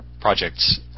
projects